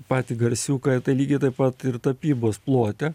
patį garsiuką tai lygiai taip pat ir tapybos plote